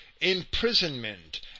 imprisonment